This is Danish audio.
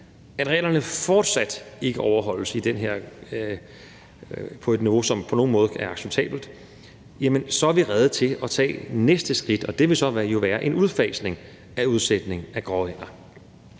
at reglerne fortsat ikke overholdes på et niveau, som på nogen måde er acceptabelt, så er rede til at tage det næste skridt, som jo så vil være en udfasning af udsætningen af gråænder.